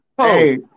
Hey